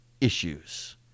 issues